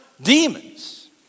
Demons